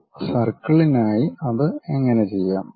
ഒരു സർക്കിളിനായി അത് എങ്ങനെ ചെയ്യാം